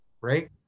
right